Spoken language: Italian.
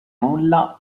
nulla